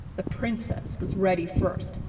the princess was ready first,